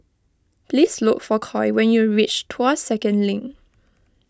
please look for Coy when you reach Tuas Second Link